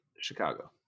Chicago